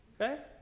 Okay